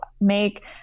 make